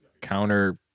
counter